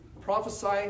prophesying